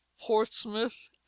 Portsmouth